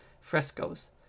frescoes